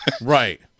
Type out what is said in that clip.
Right